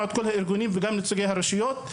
את כל הארגונים ואת נציגי הרשויות.